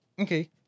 Okay